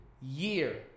Year